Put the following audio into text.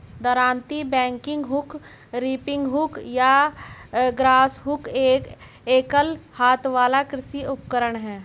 दरांती, bagging hook, reaping hook या grass hook एक एकल हाथ वाला कृषि उपकरण है